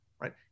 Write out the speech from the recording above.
right